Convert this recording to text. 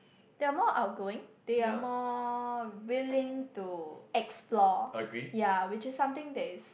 they are more outgoing they are more willing to explore ya which is something that is